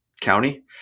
county